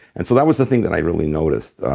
and so that was the thing that i really noticed